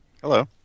Hello